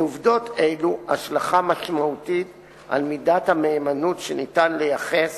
לעובדות אלה השלכה משמעותית על מידת המהימנות שאפשר לייחס